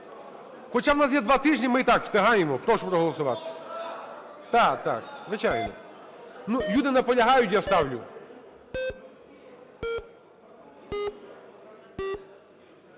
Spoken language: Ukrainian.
Хоча в нас є два тижні, ми і так встигаємо. Прошу проголосувати. (Шум у залі) Так, так, звичайно. Люди наполягають – я ставлю.